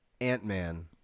Ant-Man